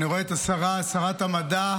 אני רואה את השרה, שרת המדע,